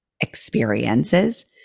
experiences